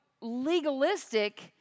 legalistic